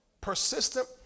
Persistent